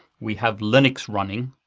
we have linux running,